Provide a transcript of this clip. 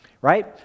right